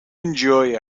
enjoy